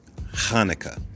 Hanukkah